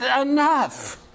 enough